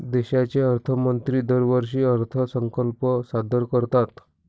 देशाचे अर्थमंत्री दरवर्षी अर्थसंकल्प सादर करतात